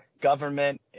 government